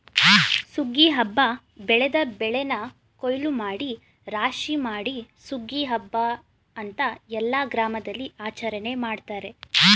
ಸುಗ್ಗಿ ಹಬ್ಬ ಬೆಳೆದ ಬೆಳೆನ ಕುಯ್ಲೂಮಾಡಿ ರಾಶಿಮಾಡಿ ಸುಗ್ಗಿ ಹಬ್ಬ ಅಂತ ಎಲ್ಲ ಗ್ರಾಮದಲ್ಲಿಆಚರಣೆ ಮಾಡ್ತಾರೆ